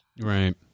Right